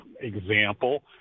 example